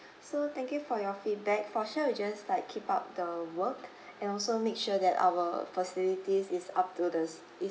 so thank you for your feedback for sure we'll just like keep up the work and also make sure that our facilities is up to the